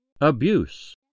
Abuse